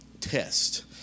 Test